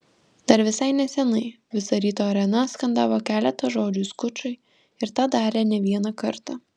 dar visai nesenai visa ryto arena skandavo keletą žodžių skučui ir tą darė ne vieną kartą